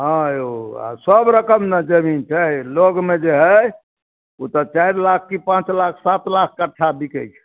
हँ यौ आओर सब रकम ने जमीन छै लगमे जे हइ उ तऽ चारि लाख कि पाँच लाख सात लाख कट्ठा बिकै छै